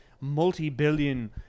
multi-billion